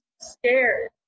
scared